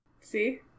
See